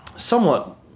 somewhat